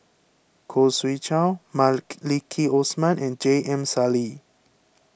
Khoo Swee Chiow Osman and J M Sali